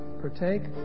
partake